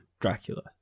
Dracula